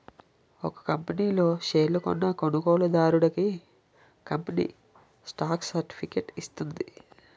ఒక కంపనీ లో షేర్లు కొన్న కొనుగోలుదారుడికి కంపెనీ స్టాక్ సర్టిఫికేట్ ఇస్తుంది